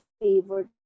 favorite